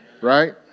right